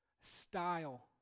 style